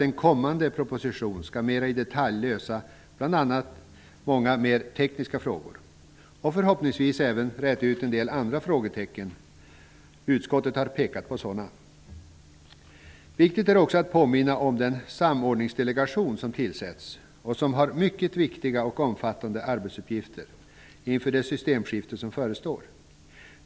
En kommande proposition skall mera i detalj lösa bl.a. många mera tekniska frågor och förhoppningsvis även räta ut en del andra frågetecken. Utskottet har pekat på sådana. Viktigt är också att påminna om den samordningsdelegation som tillsätts och som har mycket viktiga och omfattande arbetsuppgifter inom det systemskifte som förestår.